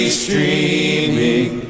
streaming